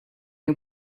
you